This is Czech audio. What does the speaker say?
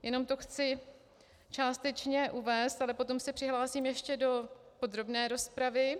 Jenom to chci částečně uvést, ale potom se přihlásím ještě do podrobné rozpravy.